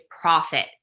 profit